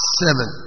seven